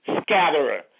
scatterer